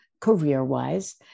career-wise